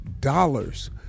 dollars